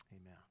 amen